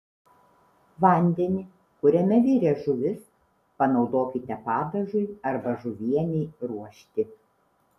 vandenį kuriame virė žuvis panaudokite padažui arba žuvienei ruošti